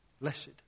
Blessed